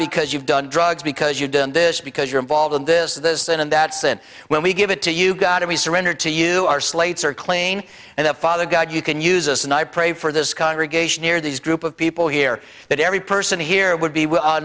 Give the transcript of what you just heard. because you've done drugs because you've done this because you're involved in this this and that sin when we give it to you god and he surrendered to you our slates are clean and the father god you can use us and i pray for this congregation near these group of people here that every person here would be